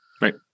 Right